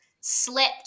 slipped